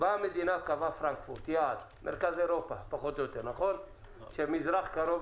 המדינה קבעה יעד במרכז אירופה שהמזרח קרוב